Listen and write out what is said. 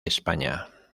españa